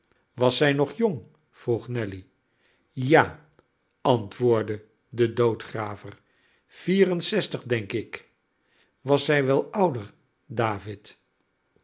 was zij nog jong vroeg nelly ja antwoordde de doodgraver vier en zestig denk ik was zij wel ouder david